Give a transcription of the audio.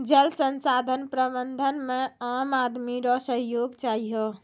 जल संसाधन प्रबंधन मे आम आदमी रो सहयोग चहियो